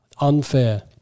Unfair